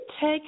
take